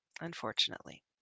Unfortunately